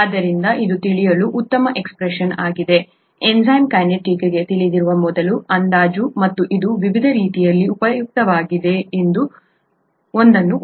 ಆದ್ದರಿಂದ ಇದು ತಿಳಿಯಲು ಉತ್ತಮ ಎಕ್ಸ್ಪ್ರೆಷನ್ ಆಗಿದೆ ಎನ್ಝೈಮ್ ಕೈನೆಟಿಕ್ಗೆ ತಿಳಿದಿರುವ ಮೊದಲ ಅಂದಾಜು ಮತ್ತು ಇದು ವಿವಿಧ ರೀತಿಯಲ್ಲಿ ಉಪಯುಕ್ತವಾಗಿದೆ ನಾನು ಒಂದನ್ನು ಉಲ್ಲೇಖಿಸಿದ್ದೇನೆ